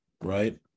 right